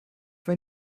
wenn